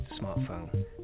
smartphone